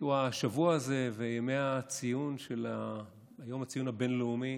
השבוע הזה וימי הציון של היום הבין-לאומי